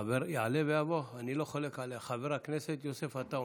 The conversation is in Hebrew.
חבר הכנסת יוסף עטאונה.